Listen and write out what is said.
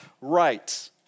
right